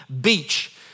Beach